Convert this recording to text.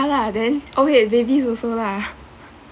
ya lah then okay babies also lah